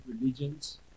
religions